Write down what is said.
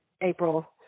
April